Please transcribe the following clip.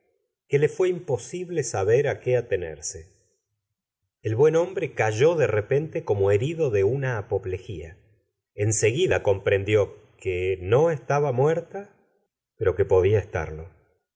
que le fué imposible saber á que atenerse el buen hombre cayó de repente como herido de una apoplegía en seguida comprendió que no estaba muerta pero que podía estarlo